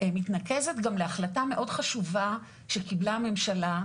מתנקזת גם להחלטה מאוד חשובה שקיבלה הממשלה,